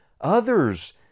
others